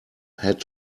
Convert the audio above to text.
had